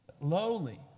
lowly